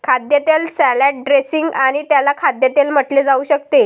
खाद्यतेल salad dressing आणि त्याला खाद्यतेल म्हटले जाऊ शकते